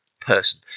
person